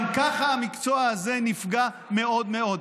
גם ככה המקצוע הזה נפגע מאוד מאוד.